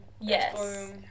Yes